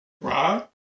Rod